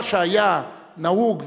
מה שהיה נהוג,